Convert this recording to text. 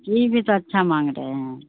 چیز بھی تو اچھا مانگ رہے ہیں